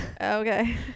Okay